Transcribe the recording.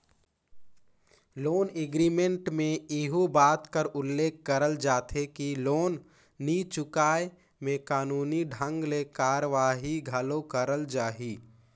loan agreement में एहू बात कर उल्लेख करल जाथे कि लोन नी चुकाय में कानूनी ढंग ले कारवाही घलो करल जाही